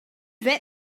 that